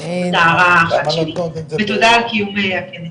זאת הערה אחת שלי ותודה על קיום הכנס,